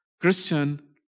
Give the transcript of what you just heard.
Christian